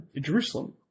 Jerusalem